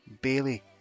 Bailey